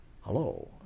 hello